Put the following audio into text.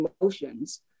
emotions